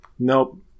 nope